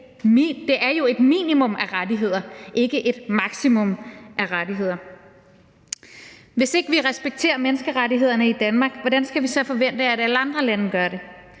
Det er jo et minimum af rettigheder, ikke et maksimum af rettigheder. Hvis ikke vi respekterer menneskerettighederne i Danmark, hvordan skal vi så forvente, at alle andre lande gør det?